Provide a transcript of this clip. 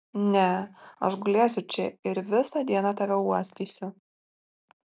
ne aš gulėsiu čia ir visą dieną tave uostysiu